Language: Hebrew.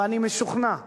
ואני משוכנע שאנחנו,